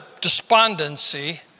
despondency